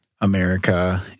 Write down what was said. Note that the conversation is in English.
america